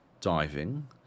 diving